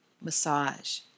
massage